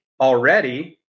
already